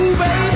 baby